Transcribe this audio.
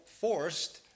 forced